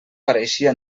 pareixia